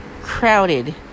crowded